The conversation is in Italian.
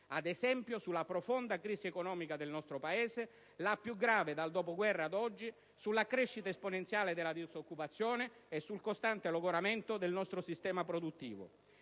ad esempio sulla profonda crisi economica del nostro Paese (la più grave dal dopoguerra ad oggi), sulla crescita esponenziale della disoccupazione e sul costante logoramento del nostro sistema produttivo.